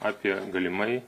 apie galimai